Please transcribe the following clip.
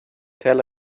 tell